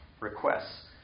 requests